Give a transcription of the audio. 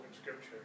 Scripture